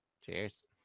Cheers